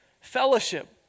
Fellowship